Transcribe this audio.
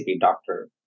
doctor